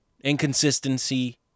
inconsistency